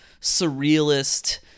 surrealist